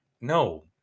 no